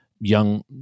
young